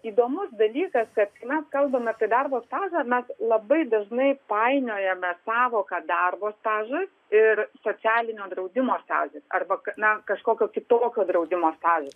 įdomus dalykas kad mes kalbame apie darbo stažą mes labai dažnai painiojame sąvoką darbo stažas ir socialinio draudimo stažas arba na kažkokio kitokio draudimo stažas